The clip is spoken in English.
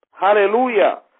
Hallelujah